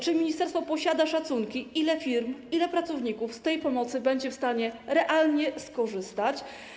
Czy ministerstwo posiada szacunki, ile firm, ilu pracowników z tej pomocy będzie w stanie realnie skorzystać?